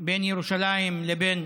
בין ירושלים לבין